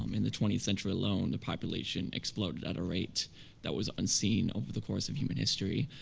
um in the twentieth century alone, the population exploded at a rate that was unseen over the course of human history.